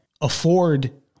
afford